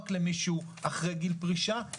עוד קצבאות